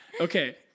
Okay